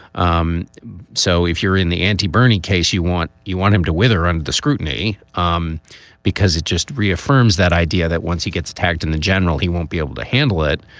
um so if you're in the anti bernie case, you want you want him to wither under the scrutiny um because it just reaffirms that idea that once he gets tagged in the general, he won't be able to handle it.